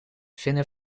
vinden